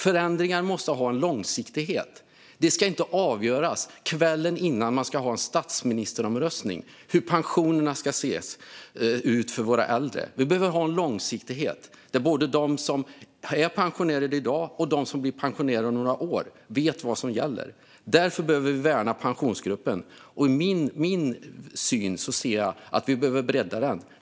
Förändringar måste ha en långsiktighet. Det ska inte avgöras kvällen innan man ska ha en statsministeromröstning hur pensionerna ska se ut för våra äldre. Vi behöver ha en långsiktighet där både de som är pensionärer i dag och de som blir det om några år vet vad som gäller. Därför behöver vi värna Pensionsgruppen. Enligt min syn behöver vi också bredda den.